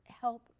help